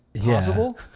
possible